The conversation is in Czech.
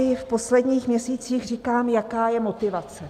V posledních měsících si říkám, jaká je motivace.